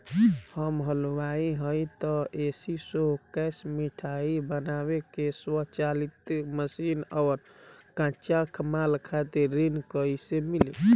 हम हलुवाई हईं त ए.सी शो कैशमिठाई बनावे के स्वचालित मशीन और कच्चा माल खातिर ऋण कइसे मिली?